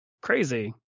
crazy